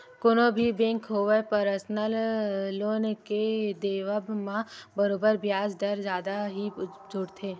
कोनो भी बेंक होवय परसनल लोन के देवब म बरोबर बियाज दर जादा ही जोड़थे